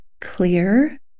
clear